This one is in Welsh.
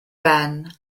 ben